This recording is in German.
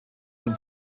zum